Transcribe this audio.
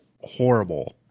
horrible